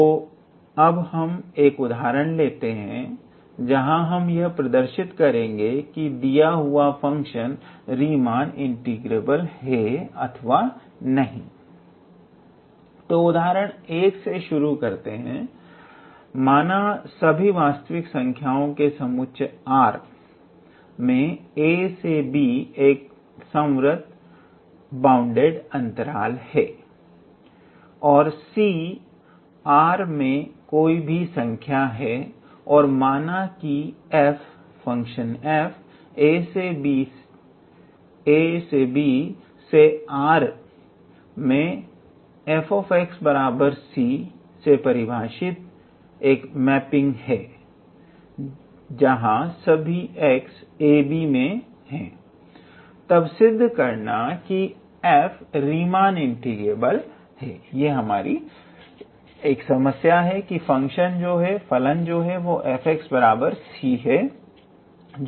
तो अब हम एक उदाहरण लेते हैं जहां हम यह प्रदर्शित करेंगे कि दिया हुआ फंक्शन रीमान इंटीग्रेबल है अथवा नहीं तो उदाहरण 1 से शुरू करते हैं माना सभी वास्तविक संख्याओं के समुच्चय ℝ में ab एक संव्रत व बाउंडेड अंतराल है और c ℝ में कोई भी संख्या है और माना की f ab से R में fc जहां सभी x ab में है द्वारा परिभाषित एक मैपिंग है तब सिद्ध करना है कि f रीमान इंटीग्रेबल है